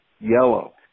Yellow